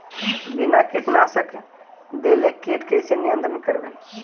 बिना कीटनाशक देले किट कैसे नियंत्रन करबै?